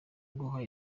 guha